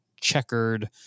checkered